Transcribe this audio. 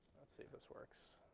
let's see if this works.